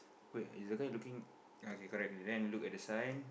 wait is the guy looking okay correct ah then look at the sign